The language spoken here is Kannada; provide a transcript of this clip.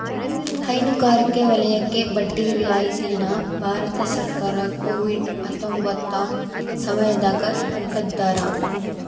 ಹೈನುಗಾರಿಕೆ ವಲಯಕ್ಕೆ ಬಡ್ಡಿ ರಿಯಾಯಿತಿ ನ ಭಾರತ ಸರ್ಕಾರ ಕೋವಿಡ್ ಹತ್ತೊಂಬತ್ತ ಸಮಯದಾಗ ತೆಗ್ದಾರ